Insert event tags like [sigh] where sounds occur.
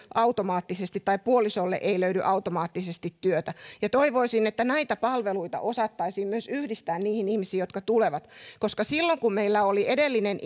automaattisesti löydy työtä toivoisin että näitä palveluita osattaisiin myös yhdistää niihin ihmisiin jotka tulevat koska silloin kun meillä oli edellinen [unintelligible]